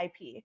IP